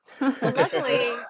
Luckily